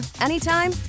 anytime